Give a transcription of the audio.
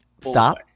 Stop